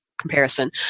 comparison